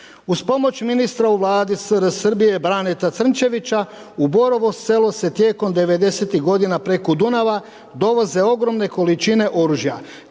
uz pomoć ministra u Vladi SR Srbije Braneta Crnčevića u Borovo Selo se tijekom 90-tih godina preko Dunava dovoze ogromne količine oružja